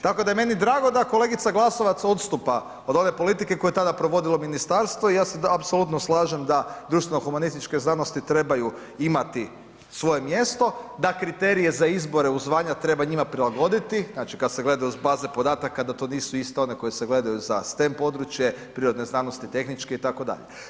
Tako da je meni drago da kolegica Glasovac odstupa od ove politike koju je tada provodilo ministarstvo i ja se apsolutno slažem da društveno humanističke znanosti trebaju imati svoje mjesto, da kriterije za izbore u zvanja treba njima prilagoditi, znači kad se gledaju uz baze podataka, da to nisu iste one koje se gledaju za STEM područje, prirodne znanosti, tehničke, itd.